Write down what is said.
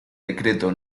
decreto